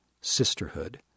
sisterhood